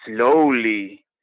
slowly